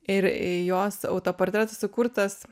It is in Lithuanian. ir jos autoportretas sukurtas